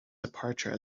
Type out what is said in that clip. departure